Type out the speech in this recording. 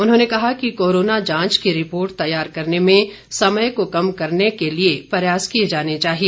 उन्होंने कहा कि कोरोना जांच की रिपोर्ट तैयार करने में समय को कम करने के लिए प्रयास किए जाने चाहिए